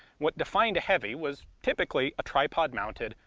what defined a heavy was typically a tripod mounted,